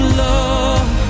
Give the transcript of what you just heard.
love